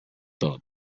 third